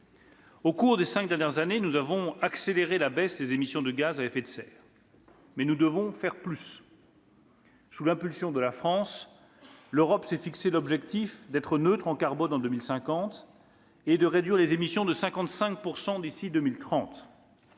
Au cours des cinq dernières années, nous avons accéléré la baisse des émissions de gaz à effet de serre, mais nous devons faire plus. Sous l'impulsion de la France, l'Europe s'est fixé l'objectif d'être neutre en carbone en 2050 et de réduire les émissions de 55 % d'ici à 2030.